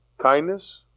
kindness